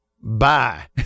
Bye